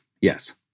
Yes